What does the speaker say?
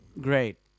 great